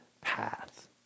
path